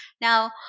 Now